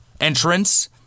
entrance